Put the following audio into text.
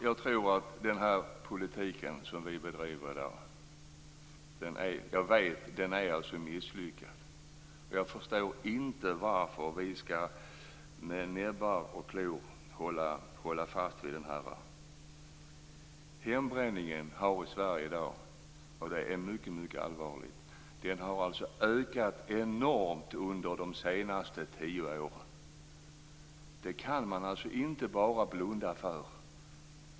Jag vet att den politik vi bedriver i dag är misslyckad. Jag förstår inte varför vi med näbbar och klor skall hålla fast vid den. Hembränning sker i Sverige i dag, och det är mycket allvarligt. Den har ökat enormt under de senaste tio åren. Det kan man inte blunda för.